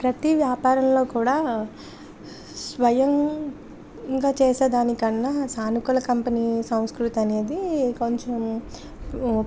ప్రతి వ్యాపారంలో కూడా స్వయంగా చేసేదానికన్నా సానుకూల కంపెనీ సంస్కృతి అనేది కొంచెం